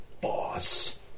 boss